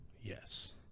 Yes